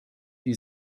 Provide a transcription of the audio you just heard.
die